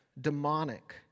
demonic